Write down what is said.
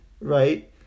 right